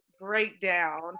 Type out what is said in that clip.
breakdown